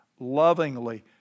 lovingly